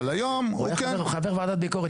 הוא חבר ועדת ביקורת.